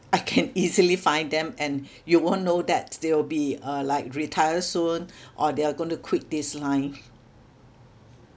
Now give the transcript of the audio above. I can easily find them and you won't know that they will be uh like retire soon or they are gonna quit this line